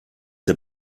der